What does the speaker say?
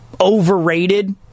overrated